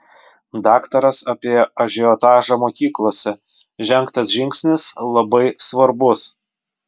daktaras apie ažiotažą mokyklose žengtas žingsnis labai svarbus